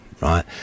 right